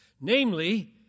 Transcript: namely